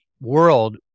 world